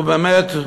באמת,